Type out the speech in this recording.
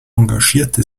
engagierte